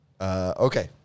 Okay